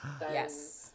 yes